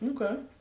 Okay